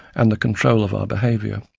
and the control of our behaviour.